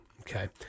Okay